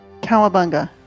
Cowabunga